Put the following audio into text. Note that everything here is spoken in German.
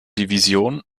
division